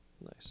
Nice